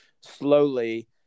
slowly